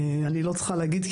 אני לא צריכה להגיד את זה,